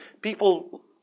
people